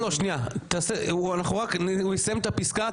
הוא יסיים את הפסקה,